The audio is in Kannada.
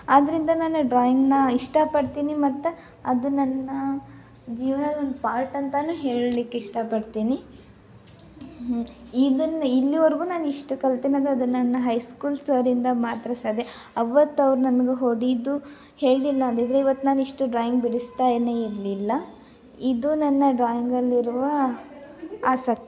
ಆದ್ದರಿಂದ ನಾನು ಡ್ರಾಯಿಂಗ್ನ ಇಷ್ಟಪಡ್ತೀನಿ ಮತ್ತು ಅದು ನನ್ನ ಜೀವನದ ಒಂದು ಪಾಠಂತನೂ ಹೇಳ್ಲಿಕ್ಕೆ ಇಷ್ಟಪಡ್ತೀನಿ ಇದನ್ನ ಇಲ್ಲೀವರ್ಗೂ ನಾನಿಷ್ಟು ಕಲಿತು ನಾನು ಅದು ನನ್ನ ಹೈಸ್ಕೂಲ್ ಸರಿಂದ ಮಾತ್ರ ಸಾಧ್ಯ ಅವತ್ತು ಅವ್ರು ನನ್ಗೆ ಹೊಡೆದು ಹೇಳ್ಲಿಲ್ಲಾಂದಿದ್ರೆ ಇವತ್ತು ನಾನಿಷ್ಟು ಡ್ರಾಯಿಂಗ್ ಬಿಡಿಸ್ತಾನೇ ಇರಲಿಲ್ಲ ಇದು ನನ್ನ ಡ್ರಾಯಿಂಗಲ್ಲಿರುವ ಆಸೆ